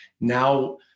Now